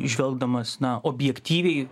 žvelgdamas na objektyviai